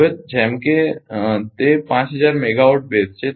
હવે જેમ કે તે 5000 મેગાવાટ બેઝ છે